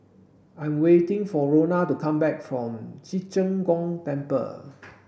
I'm waiting for Rona to come back from Ci Zheng Gong Temple